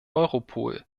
europol